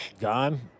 Gone